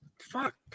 fuck